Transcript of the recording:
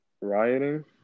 rioting